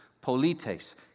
polites